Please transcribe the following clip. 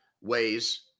ways